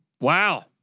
Wow